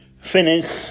finish